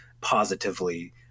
positively